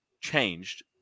changed